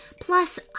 plus